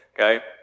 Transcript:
okay